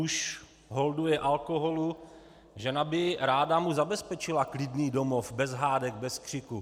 Muž holduje alkoholu, žena by ráda mu zabezpečila klidný domov bez hádek, bez křiku.